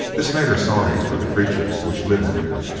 this made her sorry for the creatures which live in there,